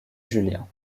julien